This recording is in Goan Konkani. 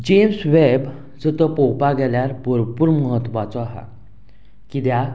जेम्स वेब जर तो पोवपा गेल्यार भरपूर म्हत्वाचो आहा किद्याक